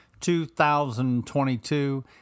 2022